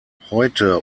heute